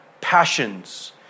passions